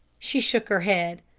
she shook her head.